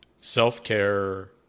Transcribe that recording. self-care